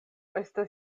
estas